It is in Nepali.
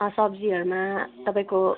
सब्जीहरूमा तपाईँको